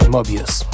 Mobius